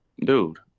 dude